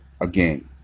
again